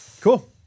Cool